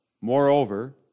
Moreover